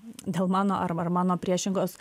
dėl mano ar mano priešingos